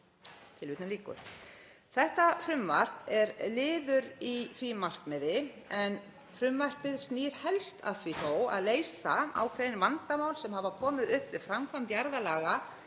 til búrekstrar.“ Þetta frumvarp er liður í því markmiði en frumvarpið snýr þó helst að því að leysa ákveðin vandamál sem hafa komið upp við framkvæmd jarðalaga